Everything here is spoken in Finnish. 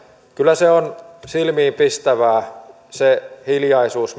kyllä on silmiinpistävää se hiljaisuus